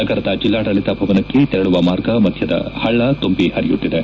ನಗರದ ಜಿಲ್ಲಾಡಳಿತ ಭವನಕ್ಕೆ ತೆರಳುವ ಮಾರ್ಗ ಮಧ್ಯದ ಹಳ್ಳ ತುಂಬಿ ಹರಿಯುತ್ತಿದೆ